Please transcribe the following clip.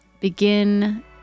begin